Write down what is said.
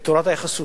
את תורת היחסות,